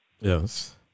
Yes